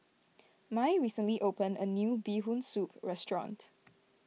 Mai recently opened a new Bee Hoon Soup restaurant